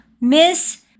miss